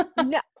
no